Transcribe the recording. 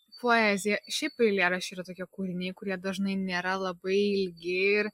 poezija šiaip eilėraščiai yra tokie kūriniai kurie dažnai nėra labai ilgi ir